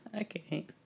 Okay